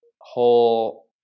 whole